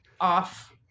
off